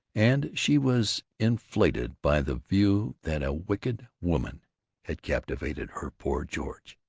and she was inflated by the view that a wicked woman had captivated her poor george.